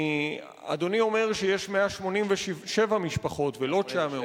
אדוני אומר שיש 187 משפחות ולא 900,